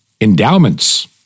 endowments